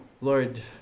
Lord